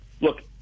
Look